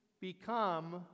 become